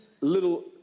little